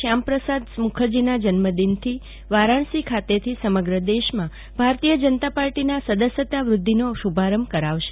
શ્યામપ્રસાદ મુખરજીના જન્મદિનથી વારાણસી ખાતેથી સમગદેશમા ભારતીય જનતા પાર્ટીના સદસ્યતા વધિંધ અભિયાનનો શભારંભ કરાવશે